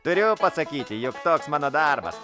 turiu pasakyti jog toks mano darbas